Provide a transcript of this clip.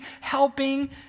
helping